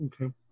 Okay